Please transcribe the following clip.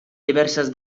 diverses